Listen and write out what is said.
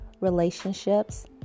relationships